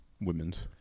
women's